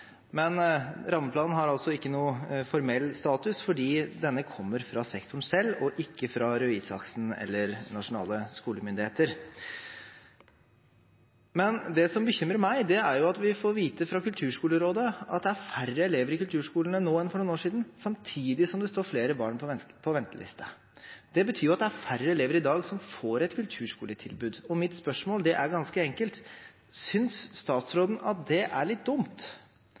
Men rammeplanen har altså ikke noen formell status, for denne kommer fra sektoren selv og ikke fra Røe Isaksen eller nasjonale skolemyndigheter. Det som bekymrer meg, er at vi får vite fra Kulturskolerådet at det er færre elever i kulturskolene nå enn for noen år siden, samtidig som det står flere barn på venteliste. Det betyr jo at det er færre elever i dag som får et kulturskoletilbud. Mitt spørsmål er ganske enkelt: Synes statsråden at det er litt dumt?